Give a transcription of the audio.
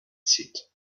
zieht